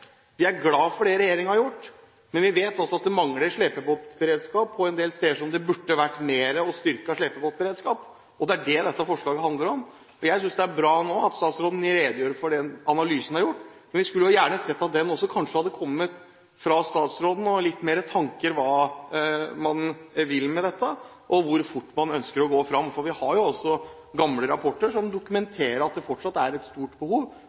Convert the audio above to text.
mangler slepebåtberedskap på en del steder der det burde vært mer og styrket slepebåtberedskap. Det er det dette forslaget handler om. Jeg synes det er bra at statsråden redegjør for den analysen som er gjort, men vi skulle gjerne sett at den hadde kommet fra statsråden – og også litt flere tanker om hva man vil med dette, og hvor fort man ønsker å gå fram. For vi har jo gamle rapporter som dokumenterer at det fortsatt er et stort behov